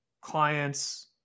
clients